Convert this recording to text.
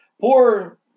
Poor